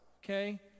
Okay